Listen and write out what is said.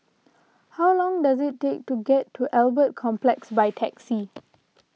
how long does it take to get to Albert Complex by taxi